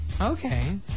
Okay